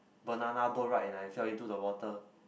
banana boat ride and I fell into the water